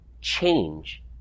change